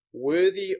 Worthy